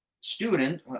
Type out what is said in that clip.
student